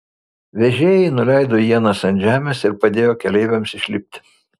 vežėjai nuleido ienas ant žemės ir padėjo keleiviams išlipti